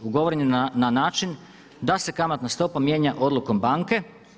Ugovoren je na način da se kamatna stopa mijenja odlukom banke.